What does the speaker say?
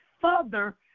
further